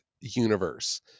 universe